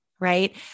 right